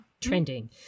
Trending